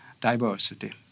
diversity